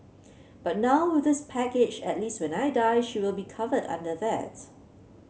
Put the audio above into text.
but now with this package at least when I die she will be covered under that